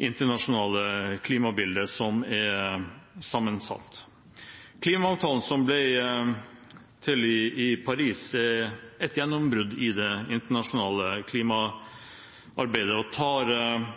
internasjonale klimabildet, som er sammensatt. Klimaavtalen som ble til i Paris, er et gjennombrudd i det internasjonale klimaarbeidet og tar